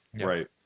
Right